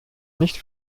nicht